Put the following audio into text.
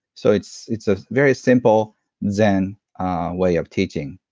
so, it's it's a very simple zen way of teaching.